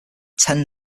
ten